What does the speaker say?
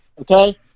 okay